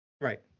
Right